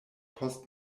post